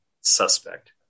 suspect